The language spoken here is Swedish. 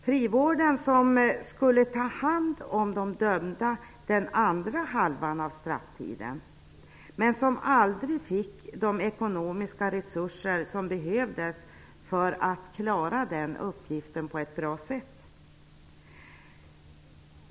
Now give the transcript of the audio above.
Frivården skulle ju ta hand om de dömda under andra halvan av strafftiden, men man fick aldrig de ekonomiska resurser som behövdes för att klara den uppgiften på ett bra sätt.